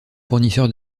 fournisseur